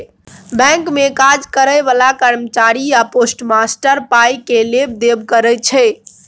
bank मे काज करय बला कर्मचारी या पोस्टमास्टर पाइ केर लेब देब करय छै